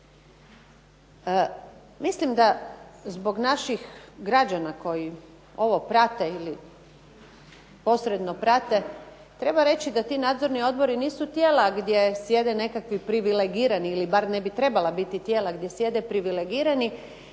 Mislim da zbog naših građana koji ovo prate ili posredno prate, treba reći da ti nadzorni odbori nisu tijela gdje sjede nekakvi privilegirani ili bar ne bi trebala biti tijela gdje sjede privilegirani